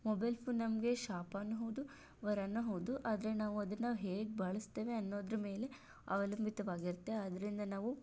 mobile phone ನಮಗೆ ಶಾಪವೂ ಹೌದು ವರವೂ ಹೌದು ಆದರೆ ನಾವು ಅದನ್ನು ಹೇಗೆ ಬಳಸ್ತೇವೆ ಅನ್ನೋದರ ಮೇಲೆ ಅವಲಂಬಿತವಾಗಿರುತ್ತೆ ಅದರಿಂದ ನಾವು